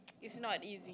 it's not ease